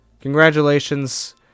congratulations